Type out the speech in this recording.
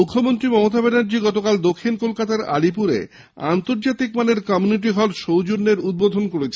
মৃখ্যমন্ত্রী মমতা ব্যানার্জী গতকাল দক্ষিণ কলকাতার আলিপুরে আন্তর্জাতিক মানের কমিউনিটি হল সৌজন্যের উদ্ধোধন করেছেন